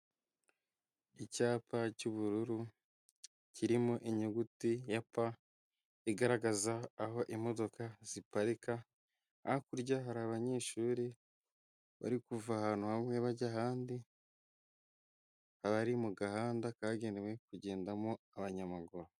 Icyapa cy'ubururu kirimo inyuguti ya pa igaragaza aho imodoka ziparika hakurya hari abanyeshuri bari kuva ahantu hamwe bajya ahandi, abari mu gahanda kagenewe kugendamo abanyamaguru.